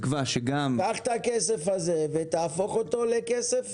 קח את הכסף הזה ותהפוך אותו לכסף